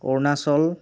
Arunachal